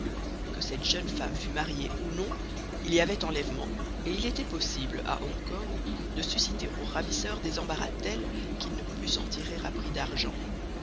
que cette jeune femme fût mariée ou non il y avait enlèvement et il était possible à hong kong de susciter au ravisseur des embarras tels qu'il ne pût s'en tirer à prix d'argent